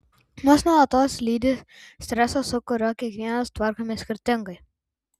mus nuolatos lydi stresas su kuriuo kiekvienas tvarkomės skirtingai